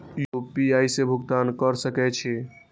UPI से भुगतान क सके छी?